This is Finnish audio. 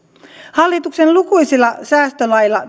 hallituksen lukuisilla säästölaeilla